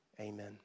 Amen